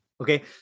Okay